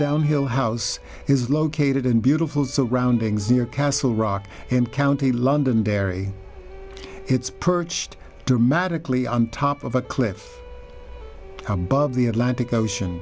down hill house is located in beautiful surroundings near castle rock and county londonderry it's perched dramatically on top of a cliff above the atlantic ocean